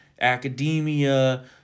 academia